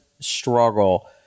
struggle